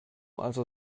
also